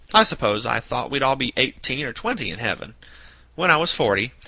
i suppose i thought we'd all be eighteen or twenty in heaven when i was forty,